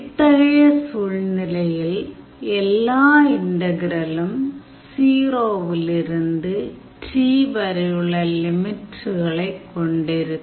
இத்தகைய சூழ்நிலையில் எல்லா இன்டகிரலும் 0 - விலிருந்து T வரையுள்ள லிமிட்களை கொண்டிருக்கும்